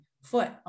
foot